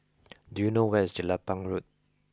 do you know where is Jelapang Road